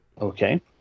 okay